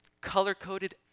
color-coded